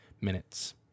minutes